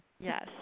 Yes